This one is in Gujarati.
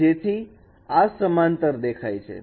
જેથી તે સમાંતર દેખાય છે